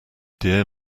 dear